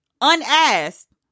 unasked